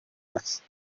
است